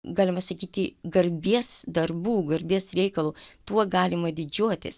galima sakyti garbės darbu garbės reikalu tuo galima didžiuotis